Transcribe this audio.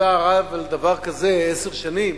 כשאתה רב על דבר כזה עשר שנים,